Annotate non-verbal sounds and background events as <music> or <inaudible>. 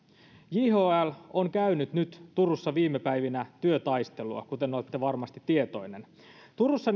jhl on käynyt nyt turussa viime päivinä työtaistelua kuten olette varmasti tietoinen turussa <unintelligible>